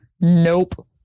Nope